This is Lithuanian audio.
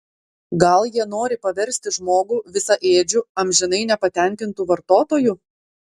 gal jie nori paversti žmogų visaėdžiu amžinai nepatenkintu vartotoju